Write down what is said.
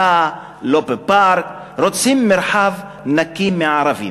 לא בבריכה, לא בפארק, רוצים מרחב נקי מערבים.